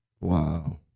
Wow